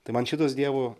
tai man šitas dievo